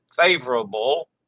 favorable